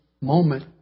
moment